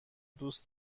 دوست